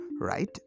right